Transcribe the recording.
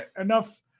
Enough